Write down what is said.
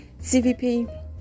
CVP